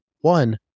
one